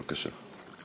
בבקשה.